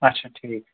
اَچھا ٹھیٖک